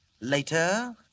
Later